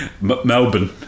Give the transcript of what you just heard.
Melbourne